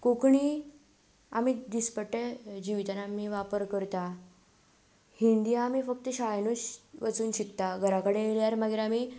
कोंकणी आमी दिसपट्या जिवीतांत वापर करतां हिंदी आमी फक्त शाळेनूच वचून शिकतां घरा कडेन येयल्यार मागीर आमी